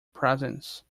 presence